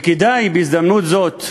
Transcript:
וכדאי בהזדמנות הזאת,